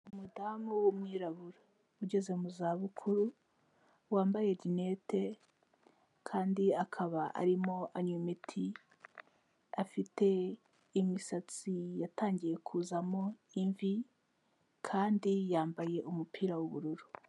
Umudamu wumwirabura ugeze mu za bukuru, wambaye rinete kandi akaba arimo anywa imiti, afite imisatsi yatangiye kuzamo imvi kandi yambaye umupira w'ubururu.